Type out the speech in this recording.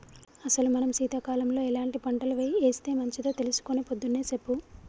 అసలు మనం సీతకాలంలో ఎలాంటి పంటలు ఏస్తే మంచిదో తెలుసుకొని పొద్దున్నే సెప్పు